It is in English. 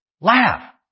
laugh